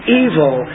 evil